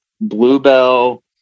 bluebell